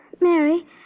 Mary